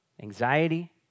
Anxiety